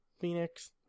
Phoenix